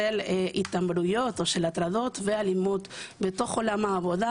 התעמרויות או של הטרדות ואלימות בתוך עולם העבודה,